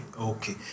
okay